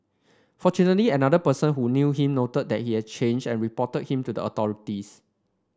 fortunately another person who knew him noted that he had changed and reported him to the authorities